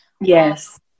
Yes